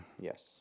Yes